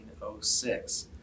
1906